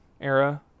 era